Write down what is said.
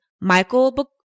Michael